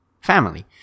family